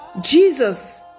Jesus